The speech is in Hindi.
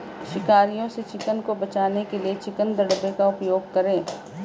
शिकारियों से चिकन को बचाने के लिए चिकन दड़बे का उपयोग करें